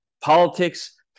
politics